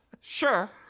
Sure